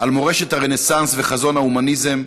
על מורשת הרנסנס וחזון ההומניזם,